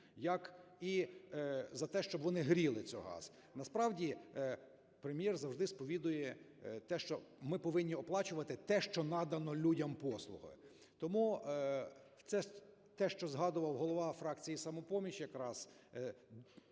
як і за те, щоб вони гріли це газом. Насправді Прем'єр завжди сповідує те, що ми повинні оплачувати те, що надано людям послугою. Тому це те, що згадував голова фракції "Самопомочі", якраз